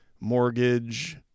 mortgage